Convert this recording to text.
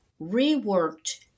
reworked